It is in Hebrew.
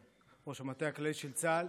ראש המטה הכללי של צה"ל.